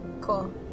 Cool